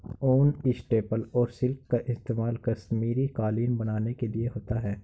ऊन, स्टेपल और सिल्क का इस्तेमाल कश्मीरी कालीन बनाने के लिए होता है